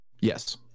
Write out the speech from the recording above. yes